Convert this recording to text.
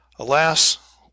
Alas